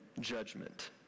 judgment